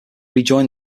rejoin